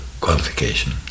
qualification